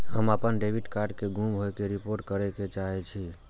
हम अपन debit card के गुम होय के रिपोर्ट करे के चाहि छी